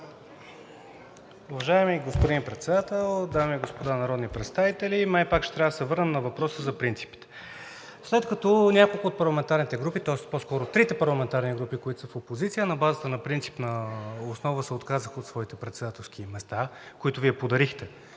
Уважаеми господин Председател, дами и господа народни представители! Май пак ще трябва да се върнем на въпроса за принципите. След като няколко от парламентарните групи, по-скоро трите парламентарни групи, които са в опозиция, на базата на принципна основа се отказаха от своите председателски места, които Вие днес